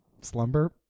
Slumber